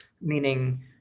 Meaning